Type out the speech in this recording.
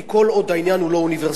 כי כל עוד העניין הוא לא אוניברסלי,